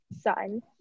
son